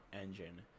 engine